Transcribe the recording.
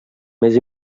més